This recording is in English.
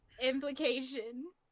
implication